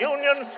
Union